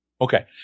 Okay